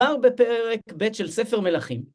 בפרק ב' של ספר מלכים.